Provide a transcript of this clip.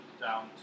down